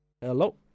Hello